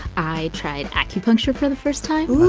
i tried acupuncture for the first time,